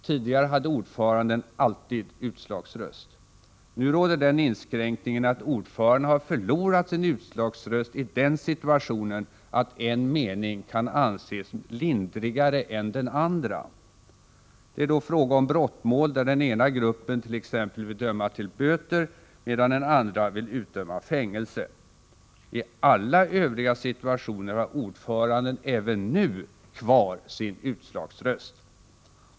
Tidigare hade ordföranden alltid utslagsröst. Nu råder den inskränkningen att ordföranden har förlorat sin utslagsröst i den situationen att en mening kan anses lindrigare än den andra. Det är då fråga om brottmål där den ena gruppen t.ex. vill döma till böter medan den andra vill utdöma fängelse. I alla övriga situationer har ordföranden även nu kvar sin utslagsröst.